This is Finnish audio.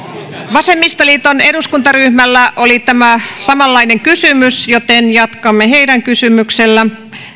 vasemmistoliiton eduskuntaryhmällä on samanlainen kysymys joten jatkamme heidän kysymyksellään